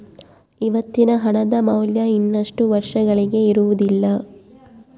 ಇವತ್ತಿನ ಹಣದ ಮೌಲ್ಯ ಇನ್ನಷ್ಟು ವರ್ಷಗಳಿಗೆ ಇರುವುದಿಲ್ಲ